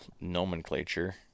nomenclature